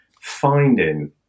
finding –